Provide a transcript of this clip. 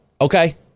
Okay